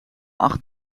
acht